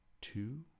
two